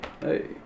Hey